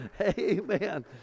Amen